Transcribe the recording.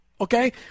Okay